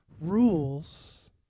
rules